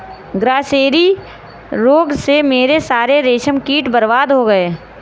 grasserie रोग से मेरे सारे रेशम कीट बर्बाद हो गए